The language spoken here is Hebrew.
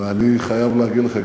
ואני חייב להגיד לך,